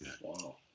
Wow